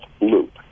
Loop